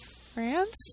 France